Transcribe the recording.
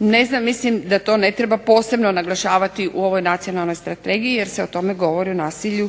Sobol. Mislim da to ne treba posebno naglašavati u ovoj Strategiji jer se o tome govori o nasilju